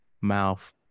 mouth